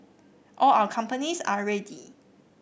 all our companies are ready